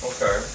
Okay